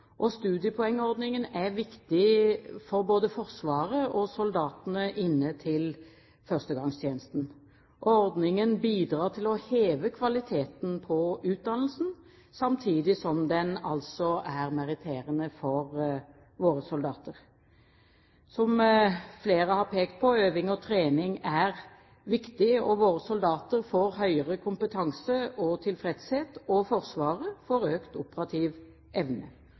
og det er viktig at innsatsen også verdsettes. Studiepoengordningen er viktig for både Forsvaret og soldatene som er inne til førstegangstjenesten. Ordningen bidrar til å heve kvaliteten på utdannelsen, samtidig som den altså er meritterende for våre soldater. Som flere har pekt på, er øving og trening viktig. Våre soldater får høyere kompetanse og tilfredshet, og Forsvaret får økt operativ evne.